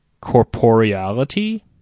corporeality